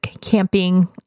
camping